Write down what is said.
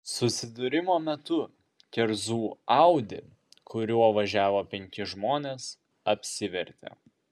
susidūrimo metu kerzų audi kuriuo važiavo penki žmonės apsivertė